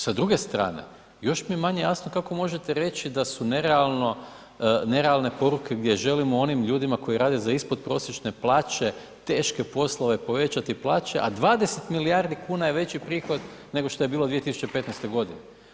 Sa druge strane još mi je manje jasno kako možete reći da su nerealne poruke gdje želim onim ljudima koji rade za ispod prosječne plaće teške poslove povećati plaće, a 20 milijardi kuna je veći prihod nego šta je bilo 2015. godine.